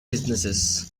businesses